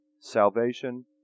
Salvation